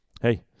hey